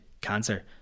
cancer